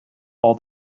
all